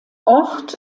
ort